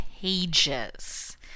pages